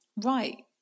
right